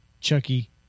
Chucky